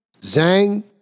Zhang